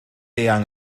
eang